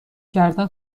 کردن